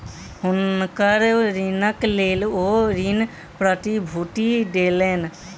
हुनकर ऋणक लेल ओ ऋण प्रतिभूति देलैन